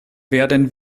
werden